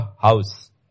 house